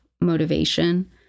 motivation